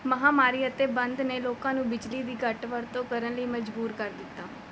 ਮਹਾਂਮਾਰੀ ਅਤੇ ਬੰਦ ਨੇ ਲੋਕਾਂ ਨੂੰ ਬਿਜਲੀ ਦੀ ਘੱਟ ਵਰਤੋਂ ਕਰਨ ਲਈ ਮਜ਼ਬੂਰ ਕਰ ਦਿੱਤਾ